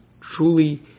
truly